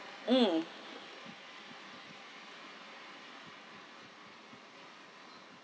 mm